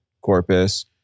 Corpus